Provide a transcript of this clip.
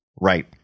Right